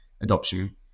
adoption